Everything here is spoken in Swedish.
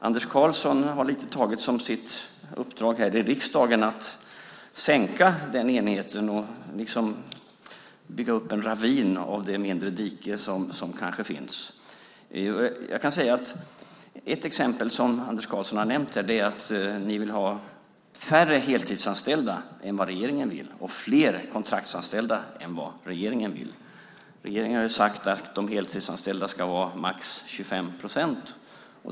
Anders Karlsson har lite tagit som sitt uppdrag i riksdagen att sänka den enigheten och bygga upp en ravin av det mindre dike som kanske finns. Ett exempel som Anders Karlsson har nämnt är att ni vill ha färre heltidsanställda än vad regeringen vill och fler kontraktsanställda än vad regeringen vill. Regeringen har sagt att de heltidsanställda ska vara max 25 procent.